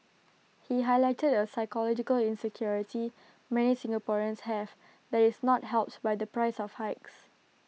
he highlighted A psychological insecurity many Singaporeans have that is not helped by the price of hikes